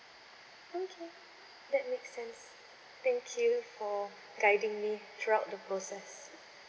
okay that makes sense thank you for guiding me throughout the process